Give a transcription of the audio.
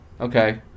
okay